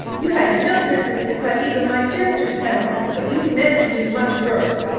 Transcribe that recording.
you had no business to cut even my jester's head off, but you meant to do much worse!